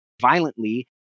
violently